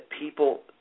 people